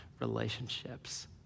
relationships